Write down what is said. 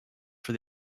for